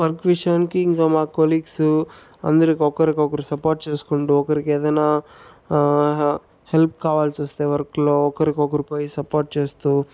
work విషయానికి ఇంక మా కొలీగ్సు అందరు ఒకరికొకరు సపోర్ట్ చేసుకుంటూ ఒకరికి ఏదన్నా హెల్ప్ కావాల్సి వస్తే వర్క్లో ఒకరికొకరుపై సపోర్ట్ చేస్తూ